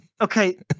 okay